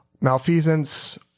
malfeasance